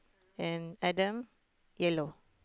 and a dam yellow